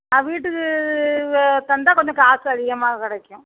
நான் வீட்டுக்கு தந்தால் கொஞ்சம் காசு அதிகமாக கிடைக்கும்